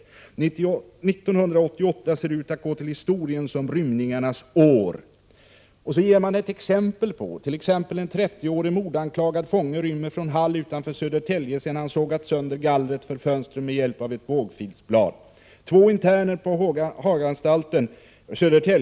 1988 ser ut att gå till historien som rymningarnas år.” Man ger också några exempel: ”En 30-årig mordanklagad fånge rymmer från Hall utanför Södertälje sedan han sågat sönder gallret för fönstret med hjälp av ett bågfilsblad.